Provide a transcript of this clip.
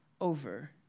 over